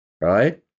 right